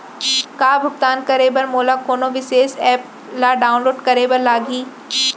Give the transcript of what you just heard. का भुगतान करे बर मोला कोनो विशेष एप ला डाऊनलोड करे बर लागही